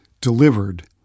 delivered